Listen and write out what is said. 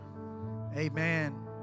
amen